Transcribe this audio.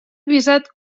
visat